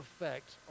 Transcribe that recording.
effect